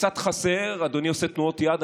שקצת חסר, אדוני עושה תנועות יד.